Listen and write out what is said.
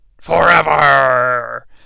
forever